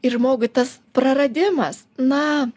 ir žmogui tas praradimas na